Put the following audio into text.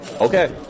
Okay